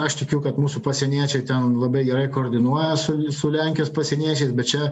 aš tikiu kad mūsų pasieniečiai ten labai gerai koordinuoja su su lenkijos pasieniečiais bet čia